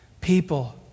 people